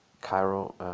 Cairo